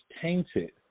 tainted